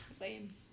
Lame